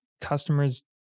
customers